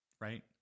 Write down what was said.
Right